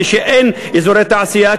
כשאין אזורי תעשייה,